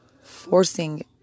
forcing